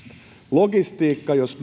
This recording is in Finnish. logistiikka jos